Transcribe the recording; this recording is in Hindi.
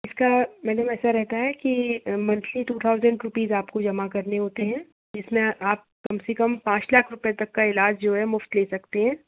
इसका मैडम ऐसा रहता है कि मंथली टू थाउसैंड रूपीस आपको जमा करने होते हैं जिसमें आप कम से कम पाँच लाख रुपये तक का इलाज जो है मुफ़्त ले सकते हैं